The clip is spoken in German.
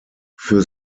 für